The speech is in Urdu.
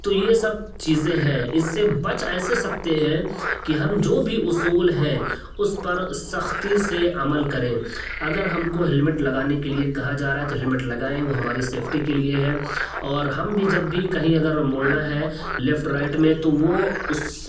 تو یہ سب چیزیں ہیں اس سے بچ ایسے سکتے ہیں کہ ہم جو بھی اصول ہیں اس پر سختی سے عمل کریں اگر ہم کو ہیلمیٹ لگانے کے لیے کہا جا رہا ہے تو ہیلمیٹ لگائیں وہ ہماری سیفٹی کے لیے ہے اور ہم بھی جب بھی کہیں اگر موڑنا ہے لیفٹ رائٹ میں تو وہ اس